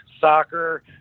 soccer